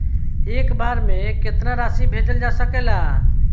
एक बार में केतना राशि भेजल जा सकेला?